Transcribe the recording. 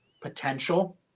potential